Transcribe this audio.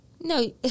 No